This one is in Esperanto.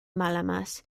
malamas